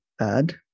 add